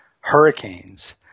Hurricanes